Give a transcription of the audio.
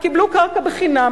קיבלו קרקע בחינם,